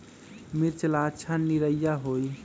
मिर्च ला अच्छा निरैया होई?